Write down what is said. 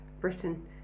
Britain